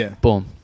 boom